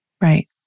Right